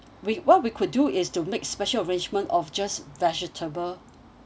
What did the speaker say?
we what we could do is to make special arrangement of just vegetable